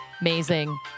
Amazing